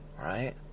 right